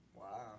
Wow